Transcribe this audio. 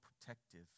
protective